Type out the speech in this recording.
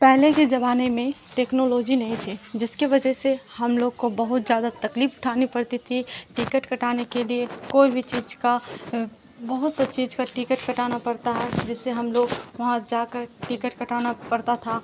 پہلے کے زمانے میں ٹیکنالوجی نہیں تھی جس کی وجہ سے ہم لوگ کو بہت زیادہ تکلیف اٹھانی پڑتی تھی ٹکٹ کٹانے کے لیے کوئی بھی چیز کا بہت سا چیز کا ٹکٹ کٹانا پڑتا ہے جس سے ہم لوگ وہاں جا کر ٹکٹ کٹانا پڑتا تھا